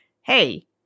hey